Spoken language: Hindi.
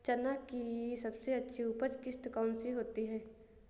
चना की सबसे अच्छी उपज किश्त कौन सी होती है?